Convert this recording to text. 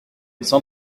cent